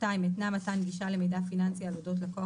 התנה מתן גישה למידע פיננסי על אודות לקוח,